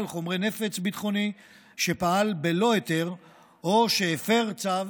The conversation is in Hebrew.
חומרי נפץ ביטחוני שפעל בלא היתר או שהפר צו